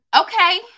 Okay